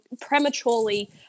prematurely